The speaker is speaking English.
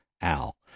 al